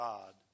God